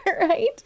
right